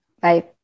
Bye